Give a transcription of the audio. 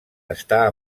està